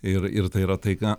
ir ir tai yra tai ką